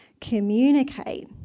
communicate